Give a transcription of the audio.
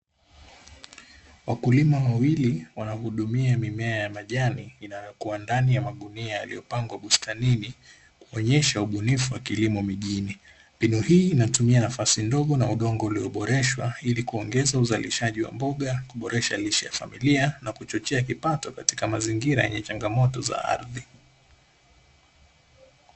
Wakulima wawili wanahudumia mimea ya majani inayokuwa ndani ya magunia yaliyopangwa bustanini, ikionyesha ubunifu wa kilimo mijini. Mbinu hii inatumia nafasi ndogo na udongo ulioboreshwa ili kuongeza uzalishaji wa mboga, kuboresha lishe ya familia na kuchochea kipato katika mazingira yenye changamoto za ardhi.